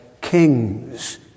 kings